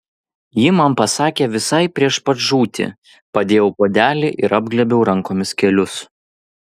ji man pasakė visai prieš pat žūtį padėjau puodelį ir apglėbiau rankomis kelius